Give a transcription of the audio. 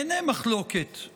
אין מחלוקת על